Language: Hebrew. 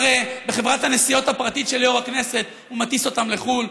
הרי בחברת הנסיעות הפרטית של יו"ר הכנסת הוא מטיס אותם לחו"ל,